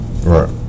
Right